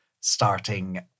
starting